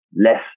less